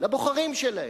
לבוחרים שלהם,